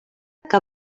que